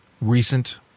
recent